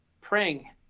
praying